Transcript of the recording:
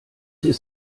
ist